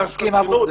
אני לא מסכים לזה.